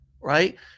right